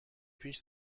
پیش